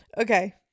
Okay